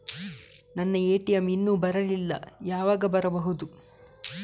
ನನ್ನ ಎ.ಟಿ.ಎಂ ಇನ್ನು ಬರಲಿಲ್ಲ, ಯಾವಾಗ ಬರಬಹುದು?